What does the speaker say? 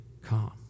calm